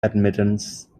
admittance